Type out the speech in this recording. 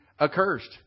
accursed